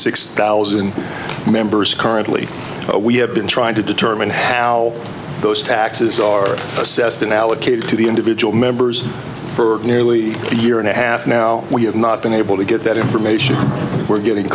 six thousand members currently we have been trying to determine how those taxes are assessed and allocated to the individual members for nearly a year and a half now we have not been able to get that information we're getting